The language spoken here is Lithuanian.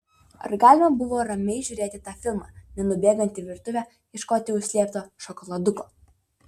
ar galima buvo ramiai žiūrėti tą filmą nenubėgant į virtuvę ieškoti užslėpto šokoladuko